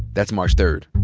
that's march third.